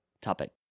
topic